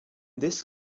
this